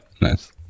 Nice